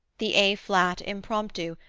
the a flat impromptu,